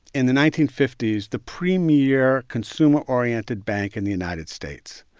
in the nineteen fifty s, the premier consumer-oriented bank in the united states.